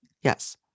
yes